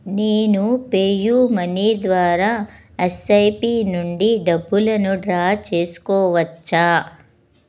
నేను PayU Money ద్వారా SIP నుండి డబ్బులను డ్రా చేసుకోవచ్చా